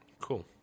Cool